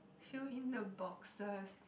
fill in the boxes